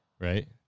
Right